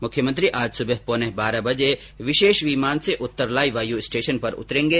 मुख्यमंत्री आज सुबह पौने बारह बजे विशेष विमान से उत्तरलाई वायू स्टेशन उतरेंगे